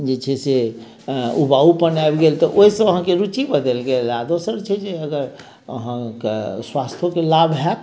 छै से उबाउपन आबि गेल तऽ ओहिसँ अहाँकेँ रुचि बदलि गेल आ दोसर छै जे अगर अहाँकेँ स्वास्थ्योके लाभ होयत